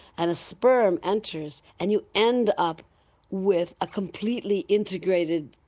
and a sperm enters and you end up with a completely integrated,